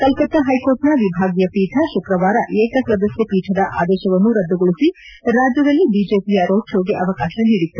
Calcutta high court ನ ವಿಭಾಗೀಯ ಪೀಠ ಶುಕ್ರವಾರ ಏಕ ಸದಸ್ನ ಪೀಠದ ಆದೇಶವನ್ನು ರದ್ದುಗೊಳಿಸಿ ರಾಜ್ಯದಲ್ಲಿ ಬಿಜೆಪಿಯ ರೋಡ್ ಶೋಗೆ ಅವಕಾಶ ನೀಡಿತ್ತು